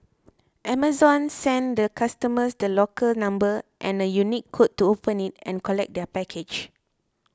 Amazon send the customer the locker number and a unique code to open it and collect their package